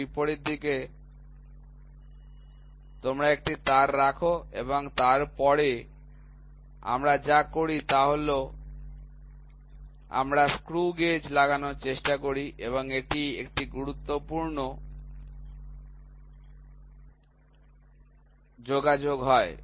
এবং বিপরীত দিকে তোমরা একটি তার রাখ এবং তারপরে আমরা যা করি তা হল আমরা স্ক্রু গেজ লাগানোর চেষ্টা করি এবং এখানে এটি একটি সঠিক যোগাযোগ হয়